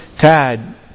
Tad